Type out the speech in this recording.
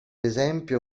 esempio